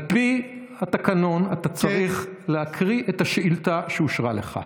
על פי התקנון אתה צריך להקריא את השאילתה שאושרה לך.